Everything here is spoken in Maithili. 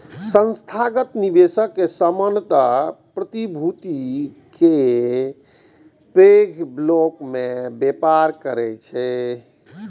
संस्थागत निवेशक सामान्यतः प्रतिभूति के पैघ ब्लॉक मे व्यापार करै छै